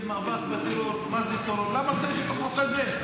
המאבק בטרור, למה צריך את החוק הזה?